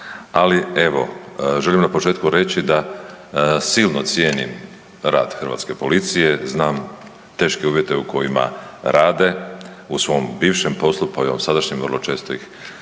Ali evo želim na početku reći da silno cijenim rad hrvatske policije, znam teške uvjete u kojima rade. U svom bivšem poslu, pa i u ovom sadašnjem vrlo često ih